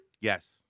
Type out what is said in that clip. Yes